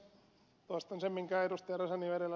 toistan sen minkä ed